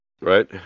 Right